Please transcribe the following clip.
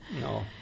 No